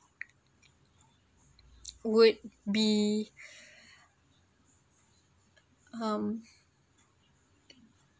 would be um